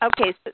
Okay